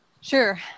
Sure